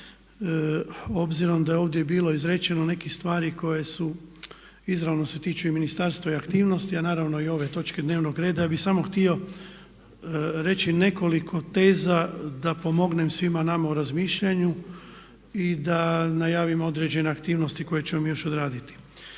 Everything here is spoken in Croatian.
Obzirom da je ovdje bilo izrečeno nekih stvari koje su izravno se tiču i ministarstva i aktivnosti a naravno i ove točke dnevnog reda, ja bih samo htio reći nekoliko teza da pomognem svima nama u razmišljanju i da najavim određene aktivnosti koje ćemo mi još odraditi.